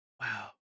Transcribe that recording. wow